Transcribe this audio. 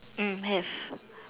have